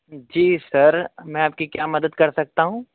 جی sir میں آپ کی کیا مدد کر سکتا ہوں